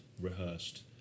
rehearsed